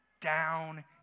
down